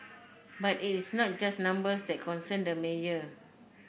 but it is not just numbers that concern the mayor